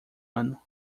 ano